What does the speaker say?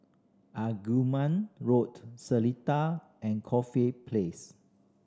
Arumugam Road Seletar and Corfe Place